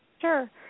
Sure